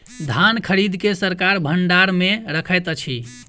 धान खरीद के सरकार भण्डार मे रखैत अछि